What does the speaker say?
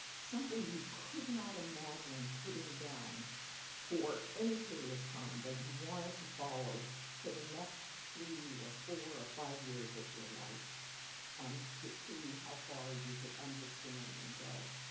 something you could not imagine putting down for any period of time that you wanted to follow for the next three or four or five years of your life um to see how far you could understand and go.